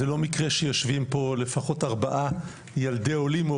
לא מקרה שיושבים פה לפחות ארבעה ילדי עולים,